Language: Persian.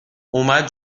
اومد